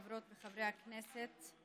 חברות וחברי הכנסת,